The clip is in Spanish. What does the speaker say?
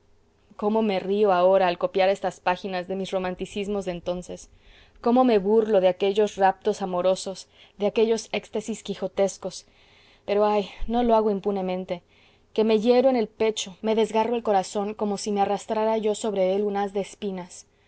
cómo me río ahora al copiar estas páginas de mis romanticismos de entonces cómo me burlo de aquellos raptos amorosos de aquellos éxtasis quijotescos pero ay no lo hago impunemente que me hiero en el pecho me desgarro el corazón como si me arrastrara yo sobre él un haz de espinas